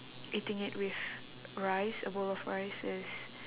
eating it with rice a bowl of rice is